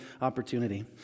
opportunity